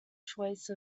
choice